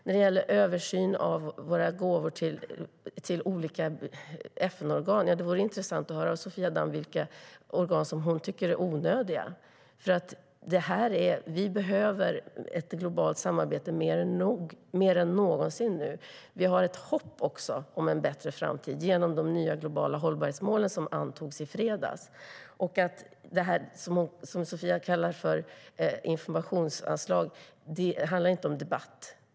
När det gäller översyn av våra gåvor till olika FN-organ vore det intressant att höra av Sofia Damm vilka organ som hon tycker är onödiga. Vi behöver nämligen ett globalt samarbete mer än någonsin. Vi har också ett hopp om en bättre framtid genom de nya globala hållbarhetsmålen, som antogs i fredags. Sedan handlar det om det som Sofia kallar för informationsanslag. Det handlar inte om debatt.